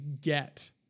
get